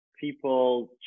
people